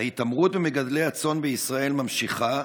ההתעמרות במגדלי הצאן בישראל ממשיכה.